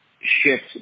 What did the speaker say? shift